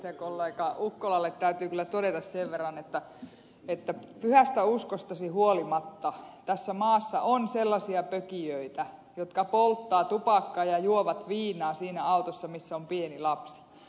rakkaalle edustajakollega ukkolalle täytyy kyllä todeta sen verran että pyhästä uskostasi huolimatta tässä maassa on sellaisia pökiöitä jotka polttavat tupakkaa ja juovat viinaa siinä autossa missä on pieni lapsi